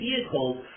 vehicles